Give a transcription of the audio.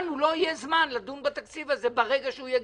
לנו לא יהיה זמן לדון בתקציב הזה ברגע שהוא יגיע,